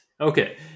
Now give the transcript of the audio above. Okay